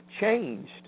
changed